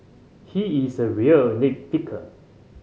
he is a real nit picker